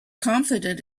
confident